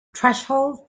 threshold